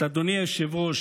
אדוני היושב-ראש,